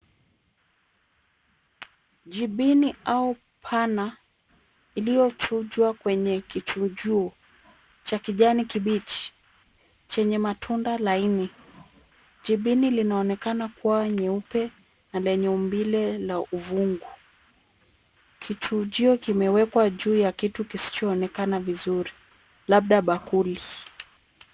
Jibini au pana iliyochujwa kwenye kichujuo cha kijani kibichi chenye matunda laini. Jibini linaonekana kuwa nyeupe na lenye umbile la uvungu. Kichujio kimewekwa juu ya kitu kisichoonekana vizuri labda bakuli.